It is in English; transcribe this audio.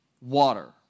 water